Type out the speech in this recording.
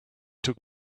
took